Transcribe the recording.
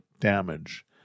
damage